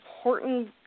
important